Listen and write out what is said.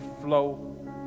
flow